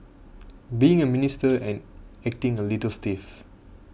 being a Minister and acting a little stiff